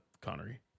Connery